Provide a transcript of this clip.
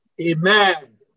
Amen